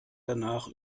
danach